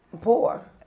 poor